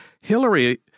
Hillary